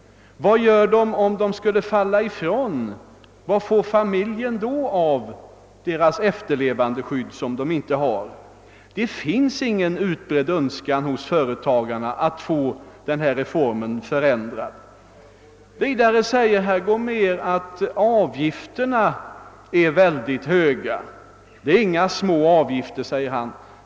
Hur blir det om de faller ifrån — vad får familjen då, när det inte finns något efterlevandeskydd? — Nej, det föreligger ingen utbredd önskan hos företagarna att få denna reform förändrad. Avgifterna är synnerligen höga, hävdar herr Gomér.